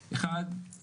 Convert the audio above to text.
אחד,